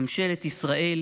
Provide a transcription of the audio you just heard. ממשלת ישראל,